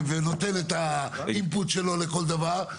ונותן את האינפוט שלו לכל דבר.